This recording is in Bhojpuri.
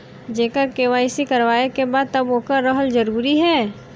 जेकर के.वाइ.सी करवाएं के बा तब ओकर रहल जरूरी हे?